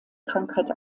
krankheit